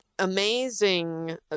amazing